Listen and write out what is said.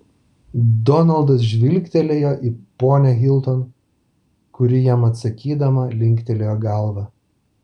donaldas žvilgtelėjo į ponią hilton kuri jam atsakydama linktelėjo galvą